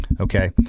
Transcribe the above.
Okay